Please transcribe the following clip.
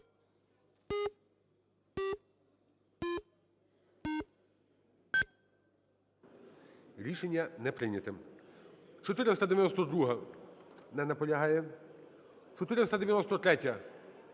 Рішення не прийнято. 492-а. Не наполягає. 493-я.